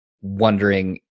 wondering